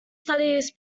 studies